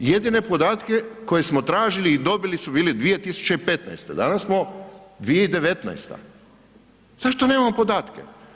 Jedine podatke koje smo tražili i dobili su bili 2015.,danas smo 2019., zašto nemamo podatke?